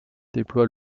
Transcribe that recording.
déploie